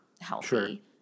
healthy